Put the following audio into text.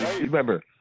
Remember